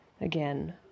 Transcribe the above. again